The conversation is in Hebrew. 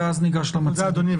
תודה, אדוני.